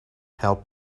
help